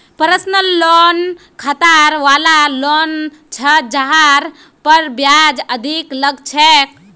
personal loan खतरा वला loan छ जहार पर ब्याज अधिक लग छेक